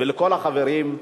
ולכל החברים,